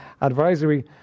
advisory